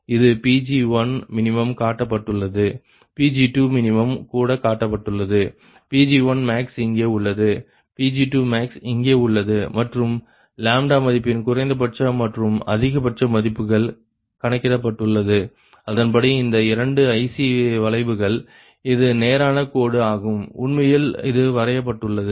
இது Pg1min காட்டப்பட்டுள்ளது Pg2min கூட காட்டப்பட்டுள்ளது Pg1max இங்கே உள்ளது Pg2max இங்கே உள்ளது மற்றும் மதிப்பின் குறைந்தபட்ச மற்றும் அதிகபட்ச மதிப்புகள் கணக்கிடப்பட்டுள்ளது அதன்படி இந்த இரண்டு IC வளைவுகள் இது நேரான கொடு ஆகும் உண்மையில் இது வரையப்பட்டுள்ளது